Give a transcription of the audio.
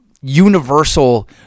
universal